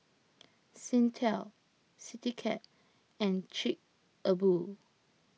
Singtel CityCab and Chic A Boo